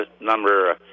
Number